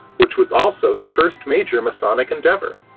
which was also the first major masonic endeavor.